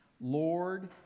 Lord